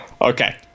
Okay